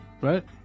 Right